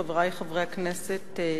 חברי חברי הכנסת,